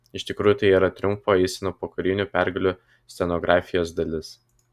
iš tikrųjų tai yra triumfo eisenų po karinių pergalių scenografijos dalis